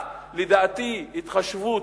רק, לדעתי, התחשבות,